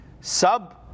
sub